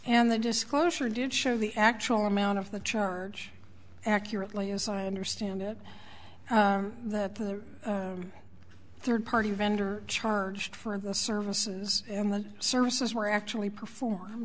and the disclosure did show the actual amount of the charge accurately as i understand it that the third party vendor charged for the services and the services were actually perform